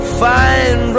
find